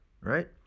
right